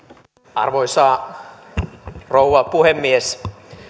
arvoisa rouva puhemies